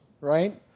right